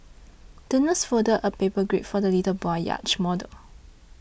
the nurse folded a paper grey for the little boy's yacht model